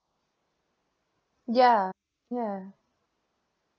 ya ya